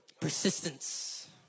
Persistence